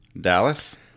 Dallas